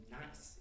nice